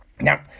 now